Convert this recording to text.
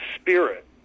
spirit